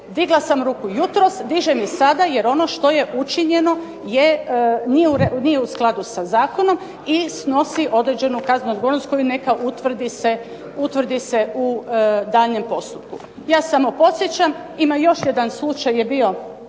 Digla sam ruku jutros, dižem i sada, jer ono što je učinjeno nije u skladu sa zakonom i snosi određenu kaznenu odgovornost koju neka utvrdi se u daljnjem postupku. Ja samo podsjećam ima još jedan slučaj je bio